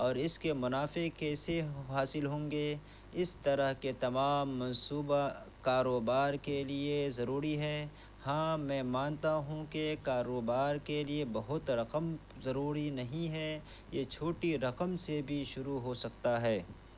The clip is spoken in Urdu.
اور اس کے منافع کیسے حاصل ہوں گے اس طرح کے تمام منصوبہ کاروبار کے لیے ضروری ہیں ہاں میں مانتا ہوں کہ کاروبار کے لیے بہت رقم ضروری نہیں ہے یہ چھوٹی رقم سے بھی شروع ہو سکتا ہے